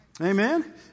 Amen